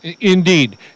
Indeed